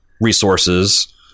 resources